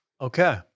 Okay